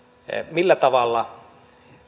millä tavalla